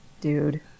dude